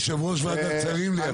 יושב-ראש ועדת שרים לידך.